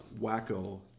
wacko